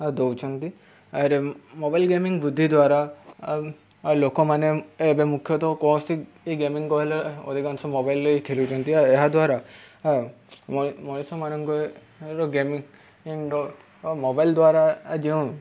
ଆ ଦଉଛନ୍ତି ଆରେ mobile gaming ବୃଦ୍ଧି ଦ୍ୱାରା ଆଉ ଲୋକମାନେ ଏବେ ମୁଖ୍ୟତଃ କୌଣସି ଏ ଗେମିଂ କହିଲେ ଅଧିକାଂଶ ମୋବାଇଲ୍ରେ ଏଇ ଖେଲୁଚନ୍ତି ଆଉ ଏହାଦ୍ୱାରା ମଣିଷ ମାନଙ୍କର ଗେମିଂର ମୋବାଇଲ୍ ଦ୍ୱାରା ଯେଉଁ